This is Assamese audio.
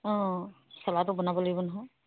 অঁ খানাটো বনাব লাগিব নহয়